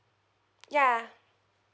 ya